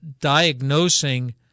diagnosing